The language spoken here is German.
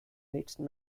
nächsten